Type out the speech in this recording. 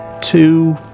Two